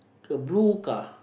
a blue car